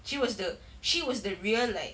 she was the she was the real like